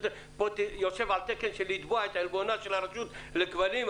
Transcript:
יושב על תקן לתבוע עלבונה של הרשות לכבלים.